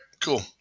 Cool